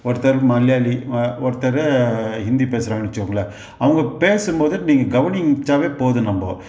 ஒருத்தர் மலையாளி ஒருத்தர் ஹிந்தி பேசுகிறாங்கன்னு வச்சுக்கோங்களேன் அவங்க பேசும்போது நீங்கள் கவனிச்சாலே போதும் நம்ம